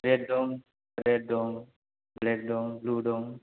black दं red दं black दं ब्लु दं